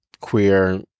queer